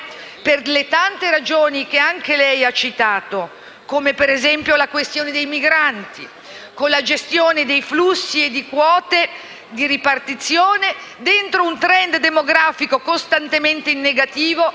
per le tante ragioni che anche lei ha citato? Penso, ad esempio, alla questione dei migranti, con la gestione dei flussi e di quote di ripartizione dentro un *trend* demografico costantemente negativo,